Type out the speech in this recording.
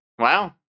Wow